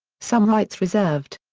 some rights reserved.